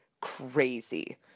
crazy